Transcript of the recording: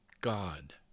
God